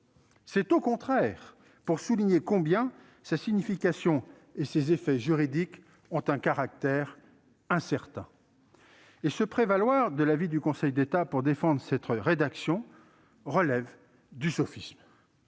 c'est au contraire pour souligner combien sa signification et ses effets juridiques ont un caractère incertain. Se prévaloir de l'avis du Conseil d'État pour défendre cette rédaction relève du sophisme.